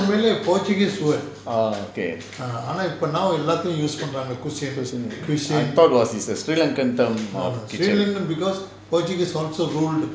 uh okay I thought was is a sri lankan term of kitchen